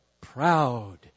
proud